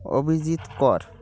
অভিজিৎ কর